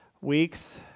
weeks